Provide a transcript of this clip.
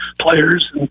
players